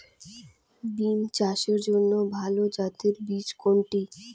বিম চাষের জন্য ভালো জাতের বীজ কোনটি?